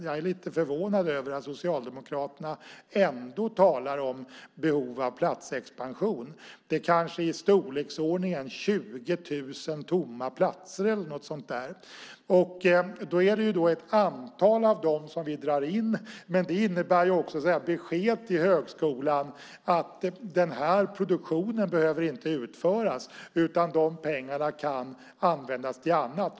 Jag är lite förvånad över att Socialdemokraterna ändå talar om behov av en platsexpansion. Det är för närvarande i storleksordningen 20 000 tomma platser. Vi drar in ett antal av dem. Det innebär också ett besked till högskolan om att detta inte behöver utföras utan att dessa pengar kan användas till annat.